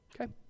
okay